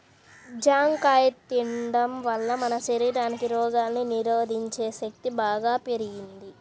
జాంకాయ తిండం వల్ల మన శరీరానికి రోగాల్ని నిరోధించే శక్తి బాగా పెరుగుద్ది